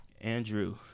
Andrew